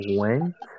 went